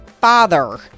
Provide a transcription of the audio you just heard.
father